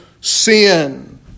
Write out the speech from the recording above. sin